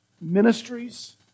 ministries